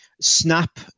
snap